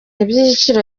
iby’igiciro